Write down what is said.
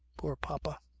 poor papa!